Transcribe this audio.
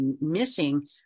missing